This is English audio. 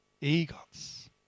eagles